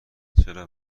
چرا